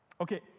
Okay